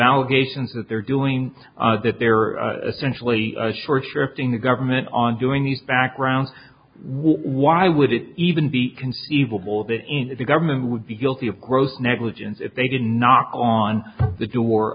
allegations that they're doing that there are essentially short shrift in the government on doing these background why would it even be conceivable that in that the government would be guilty of gross negligence if they didn't knock on the door